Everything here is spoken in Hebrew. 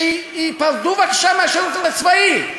שייפרדו בבקשה מהשירות הצבאי.